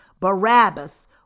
Barabbas